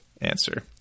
answer